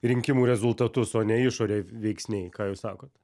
rinkimų rezultatus o ne išorės veiksniai ką jūs sakot